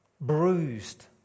bruised